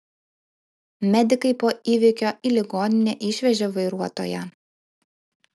medikai po įvykio į ligoninę išvežė vairuotoją